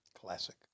classic